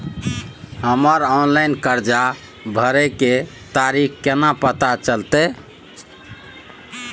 हमर ऑनलाइन कर्जा भरै के तारीख केना पता चलते?